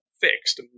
fixed